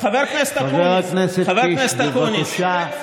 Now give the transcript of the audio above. חבר הכנסת קיש, בבקשה.